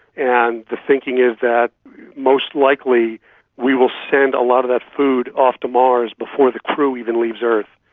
and the thinking is that most likely we will send a lot of that food off to mars before the crew even leaves earth,